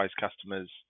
customers